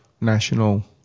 national